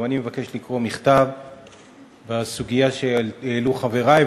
גם אני מבקש לקרוא מכתב בסוגיה שהעלו חברי.